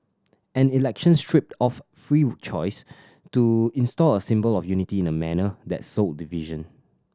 an election stripped of free choice to install a symbol of unity in a manner that sowed division